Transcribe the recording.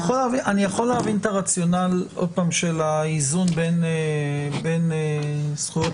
אני יכול להבין את הרציונל של האיזון בין זכויות